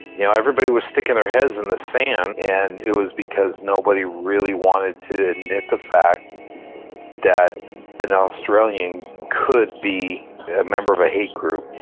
you know everybody was sticking their heads in the sand and it was because nobody really wanted to admit the fact that an australian could be a member of a hate group.